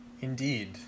Indeed